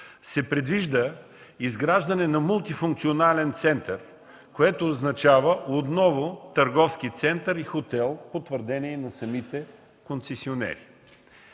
се предвижда изграждане на мултифункционален център, което означава отново търговски център и хотел – по твърдение на самите концесионери.